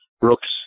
Brooks